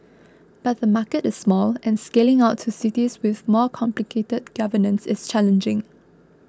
but the market is small and scaling out to cities with more complicated governance is challenging